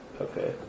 Okay